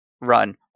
run